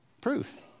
Proof